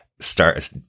start